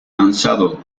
lanzado